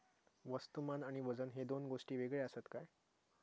वस्तुमान आणि वजन हे दोन गोष्टी वेगळे आसत काय?